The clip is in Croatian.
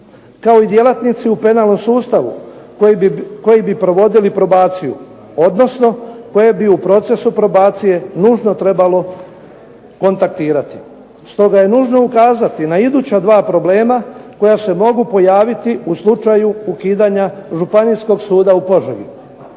kao i djelatnici u penalnom sustavu koji bi provodili probaciju, odnosno koji bi u procesu probacije nužno trebalo kontaktirati. Stoga je nužno ukazati na iduća dva problema koja se mogu pojaviti u slučaju ukidanja Županijskog suda u požegi.